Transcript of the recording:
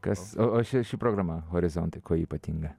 kas o ši ši programa horizontai kuo ypatinga